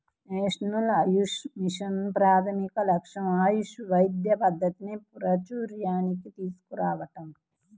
national AYUSH mission ప్రాథమిక లక్ష్యం ఆయుష్ వైద్య పద్ధతిని ప్రాచూర్యానికి తీసుకురావటం